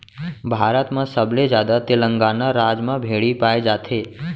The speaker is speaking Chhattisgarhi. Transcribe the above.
भारत म सबले जादा तेलंगाना राज म भेड़ी पाए जाथे